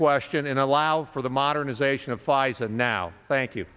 question and allow for the modernization of phys ed now thank you